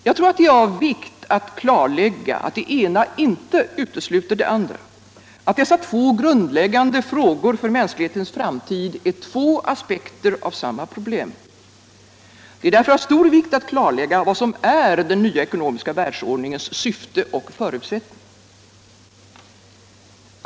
Jag tror att det är av vikt att klarlägga att det ena inte utesluter det andra, in se 60 att dessa två grundläggande frågor för mänsklighetens framtid är två aspekter av samma problem. Det är därför av stor vikt att klarlägga vad som är den nya ekonomiska världsordningens syfte och förutsättningar.